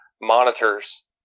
monitors